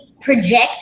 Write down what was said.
project